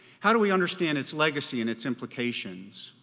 how do we understand its legacy and its implications,